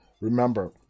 remember